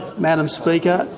madame speaker,